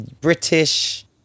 British